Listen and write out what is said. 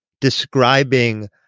describing